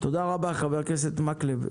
תודה רבה, חבר הכנסת מקלב.